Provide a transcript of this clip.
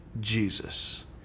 Jesus